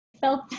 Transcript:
felt